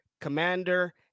Commander